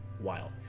wild